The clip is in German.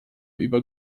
über